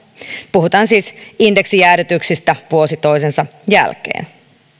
puhutaan siis indeksijäädytyksistä vuosi toisensa jälkeen